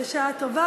בשעה טובה.